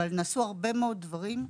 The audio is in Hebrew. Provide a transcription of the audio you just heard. אבל נעשו הרבה מאוד דברים.